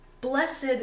Blessed